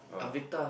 oh